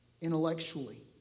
intellectually